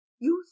Youth